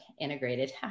integrated